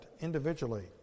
individually